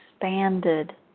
expanded